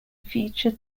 future